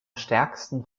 stärksten